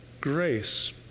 grace